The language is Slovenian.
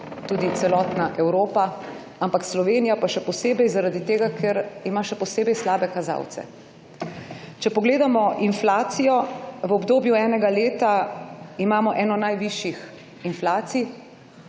tudi celotna Evropa, ampak Slovenija pa še posebej, zaradi tega, ker ima še posebej slabe kazalce. Če pogledamo inflacijo v obdobju enega leta ima eno najvišjih inflacij